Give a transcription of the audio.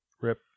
Rip